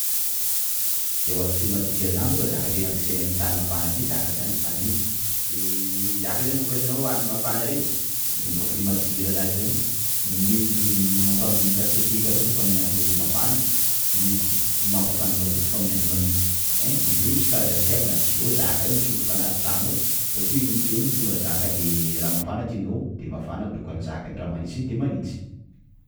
Ewa climatiseur zany bôka zaka tena ampiasainay amin'ny tany mafana aty zaka zany e azonao? io zaka io zany kôfa itanao andro mafana reny? _x000D_ Mampa climatiseura anazy zany, mety mampangatsiatsiaka anao kôfa amin'ny andro mafana mety mampafana anao koa kôfa amin'ny andro magnitsy ein! _x000D_ Izy io misy karazany tsy haiko na tuyau zaka io mitsofoka anatin'ny trano ao bakeo iny tuyau iny mitondra zaka le raha mafana tianao de mafana bôka zaka iny, raha magnitsy izy de magnitsy